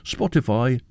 Spotify